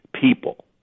people